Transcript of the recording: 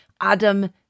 Adam